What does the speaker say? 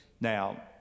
Now